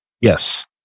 Yes